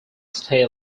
stay